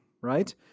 right